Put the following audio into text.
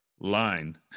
line